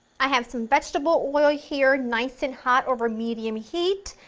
i have some vegetable oil here, nice and hot over medium heat,